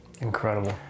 Incredible